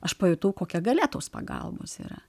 aš pajutau kokia galia tos pagalbos yra